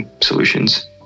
solutions